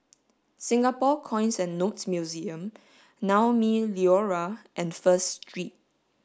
Singapore Coins and Notes Museum Naumi Liora and First Street